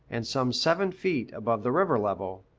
and some seven feet above the river level.